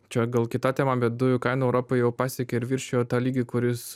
čia gal kita tema bet dujų kaina europoje jau pasiekė ir viršijo tą lygį kuris